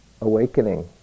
awakening